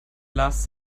lars